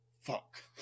fuck